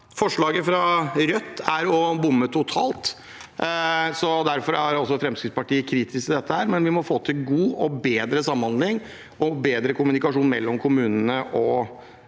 Forslaget fra Rødt er å bomme totalt. Derfor er Fremskrittspartiet kritisk til dette, men vi må få til god og bedre samhandling og kommunikasjon mellom kommunene og